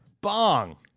Bong